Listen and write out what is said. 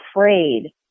afraid